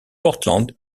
portland